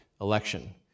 election